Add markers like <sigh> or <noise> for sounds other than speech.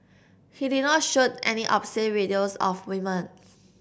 he did not shoot any obscene videos of women <noise>